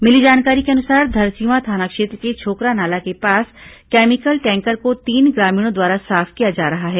मिली जानकारी के अनुसार धरसींवा थाना क्षेत्र के छोकरा नाला के पास कैमिकल टैंकर को तीन ग्रामीणों द्वारा साफ किया जा रहा है